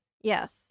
Yes